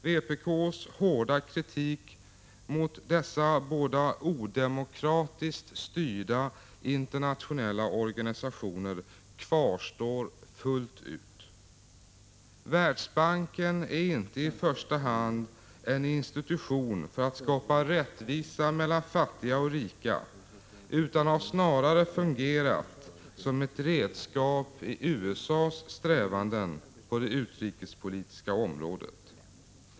Vpk:s kritik mot dessa båda odemokratiskt styrda internationella organisationer kvarstår fullt ut. Världsbanken är inte i första hand en institution för att skapa rättvisa mellan fattiga och rika utan har snarare fungerat som ett redskap i USA:s strävanden på det utrikespolitiska området.